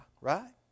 right